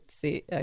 see